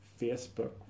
facebook